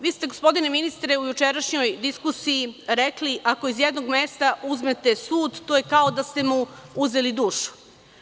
Vi ste gospodine ministre u jučerašnjoj diskusiji rekli, ako iz jedno mesta uzmete sud, to je kao da ste mu uzeli dušu.